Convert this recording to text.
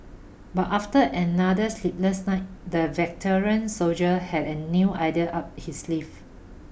but after another sleepless night the veteran soldier had a new idea up his sleeve